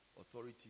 authority